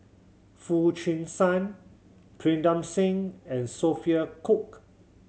Foo Chee San Pritam Singh and Sophia Cooke